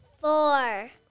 Four